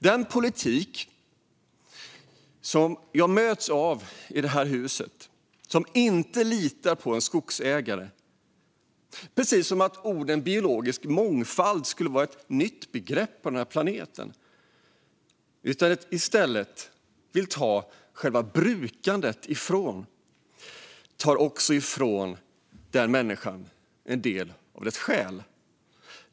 Den politik som jag möts av i det här huset som inte litar på en skogsägare - precis som om orden biologisk mångfald skulle vara ett nytt begrepp på den här planeten - utan som i stället vill ta själva brukandet ifrån en skogsägare tar också ifrån denna människa en del av hans eller hennes själ.